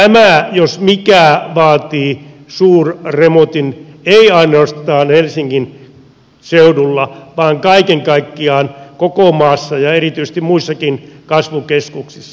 tämä jos mikä vaatii suurremontin ei ainoastaan helsingin seudulla vaan kaiken kaikkiaan koko maassa ja erityisesti muissakin kasvukeskuksissa